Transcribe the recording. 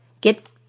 Get